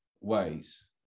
ways